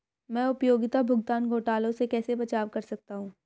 मैं उपयोगिता भुगतान घोटालों से कैसे बचाव कर सकता हूँ?